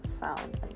sound